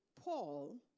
Paul